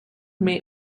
may